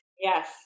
Yes